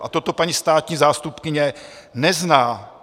A toto paní státní zástupkyně nezná.